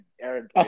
Aaron